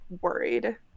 worried